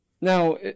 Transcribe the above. Now